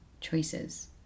choices